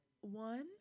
one